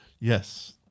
yes